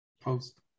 Post